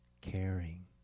caring